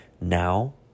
now